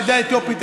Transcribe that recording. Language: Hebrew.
לעדה האתיופית,